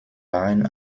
waren